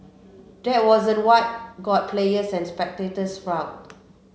that wasn't what got players and spectators riled